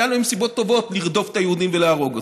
היו להם סיבות טובות לרדוף את היהודים ולהרוג אותם.